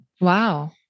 Wow